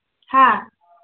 ꯍꯥ